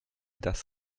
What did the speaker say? das